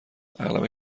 اغلب